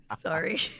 Sorry